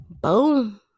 boom